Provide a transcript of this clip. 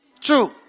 True